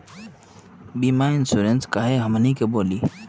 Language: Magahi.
बीमा इंश्योरेंस का है हमनी के बोली?